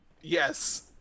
Yes